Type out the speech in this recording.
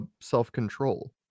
self-control